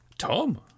Tom